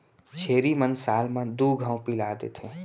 छेरी मन साल म दू घौं पिला देथे